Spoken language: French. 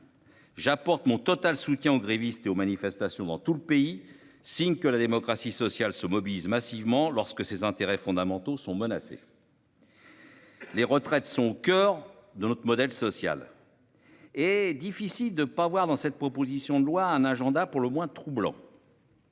J'apporte mon total soutien aux grévistes et aux manifestations dans tout le pays. Signe que la démocratie sociale se mobilisent massivement lorsque ses intérêts fondamentaux sont menacés. Les retraites sont au coeur de notre modèle social. Et difficile de pas voir dans cette proposition de loi. Un agenda pour le moins troublant.